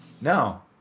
No